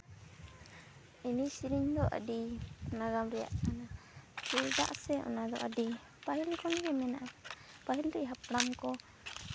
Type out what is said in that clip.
ᱮᱱᱮᱡ ᱥᱮᱨᱮᱧ ᱫᱚ ᱟᱹᱰᱤ ᱱᱟᱜᱟᱢ ᱨᱮᱭᱟᱜ ᱠᱟᱱᱟ ᱪᱮᱫᱟᱜ ᱥᱮ ᱚᱱᱟᱫᱚ ᱟᱹᱰᱤ ᱯᱟᱹᱦᱤᱞ ᱠᱷᱚᱱᱜᱮ ᱢᱮᱱᱟᱜᱼᱟ ᱯᱟᱹᱦᱤᱞ ᱨᱮᱱ ᱦᱟᱯᱲᱟᱢ ᱠᱚ